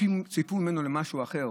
ציפו ממנו למשהו אחר.